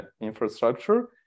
infrastructure